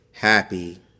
happy